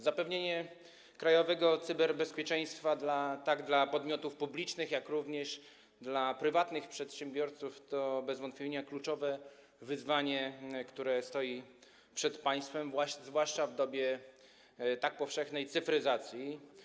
Zapewnienie krajowego cyberbezpieczeństwa tak dla podmiotów publicznych, jak również dla prywatnych przedsiębiorców to bez wątpienia kluczowe wyzwanie, które stoi przed państwem, zwłaszcza w dobie tak powszechnej cyfryzacji.